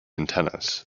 antennas